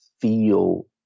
feel